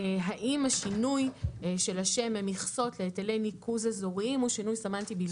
האם החלפת השם ממכסות להיטלי ניקוז אזוריים הוא שינוי סמנטי בלבד.